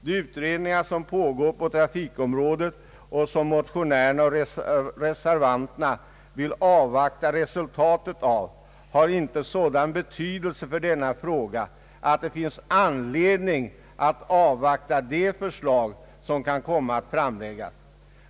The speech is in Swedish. De utredningar som pågår på trafikområdet och vilkas resultät motionärerna och reservanterna vill avvakta har inte sådan betydelse för denna fråga att det finns anledning att avvakta de förslag som kan komma att framläggas.